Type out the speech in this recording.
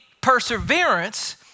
perseverance